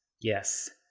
Yes